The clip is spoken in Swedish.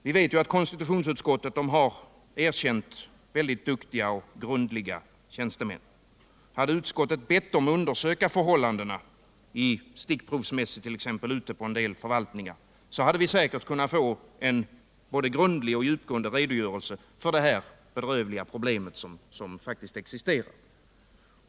Vi vet ju att konstitutionsutskottet har erkänt mycket duktiga och grundliga tjänstemän. Hade utskottet bett dem undersöka förhållandena — stickprovsmässigt, t.ex. — ute hos en del förvaltningar, hade vi säkerligen kunnat få en grundlig och djupgående redogörelse för det bedrövliga problem som nu faktiskt existerar.